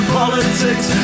politics